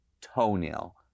toenail